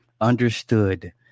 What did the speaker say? understood